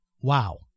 wow